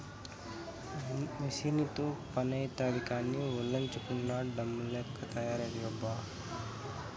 మెసీనుతో పనైతాది కానీ, ఒల్లోంచకుండా డమ్ము లెక్క తయారైతివబ్బా